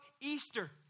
Easter